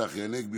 צחי הנגבי,